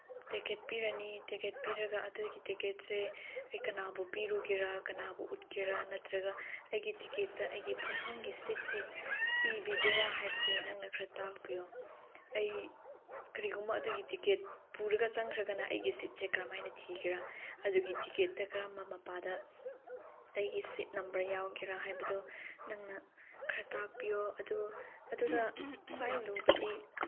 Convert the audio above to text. ticket ꯄꯤꯔꯅꯤ ticket ꯄꯤꯔꯒ ꯑꯗꯨꯗꯒꯤ ꯇꯤꯀꯦꯠꯁꯦ ꯑꯩ ꯀꯅꯥꯕꯨ ꯄꯤꯔꯨꯒꯦꯔ ꯀꯅꯥꯕꯨ ꯎꯠꯀꯦꯔ ꯅꯠꯇ꯭ꯔꯒ ꯑꯩꯒꯤ ꯇꯤꯀꯦꯠꯇ ꯑꯩꯒꯤ ꯐꯝꯐꯝꯒꯤ ꯁꯤꯠꯁꯦ ꯏꯕꯤꯒꯦꯔ ꯍꯥꯏꯕꯁꯦ ꯅꯪꯅ ꯈꯔ ꯇꯥꯛꯄꯤꯌꯨ ꯑꯩ ꯀꯔꯤꯒꯨꯝꯕ ꯑꯗꯨꯒꯤ ꯇꯤꯀꯦꯠ ꯄꯨꯔꯒ ꯆꯪꯈ꯭ꯔꯒꯅ ꯑꯩꯒꯤ ꯁꯤꯠꯁꯦ ꯀꯔꯝꯍꯥꯏꯅ ꯊꯤꯒꯦꯔ ꯑꯗꯨꯒꯤ ꯇꯤꯀꯦꯠꯇ ꯀꯔꯝꯕ ꯃꯄꯥꯗ ꯑꯩꯒꯤ ꯁꯤꯠ ꯅꯝꯕꯔ ꯌꯥꯎꯒꯦꯔ ꯍꯥꯏꯕꯗꯨ ꯅꯪꯅ ꯈꯔ ꯇꯥꯛꯄꯤꯌꯨ ꯑꯗꯨ ꯑꯗꯨꯒ ꯈ꯭ꯋꯥꯏ ꯂꯨꯕꯗꯤ